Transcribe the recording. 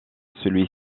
celui